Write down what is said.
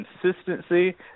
consistency